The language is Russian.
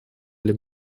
для